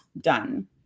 done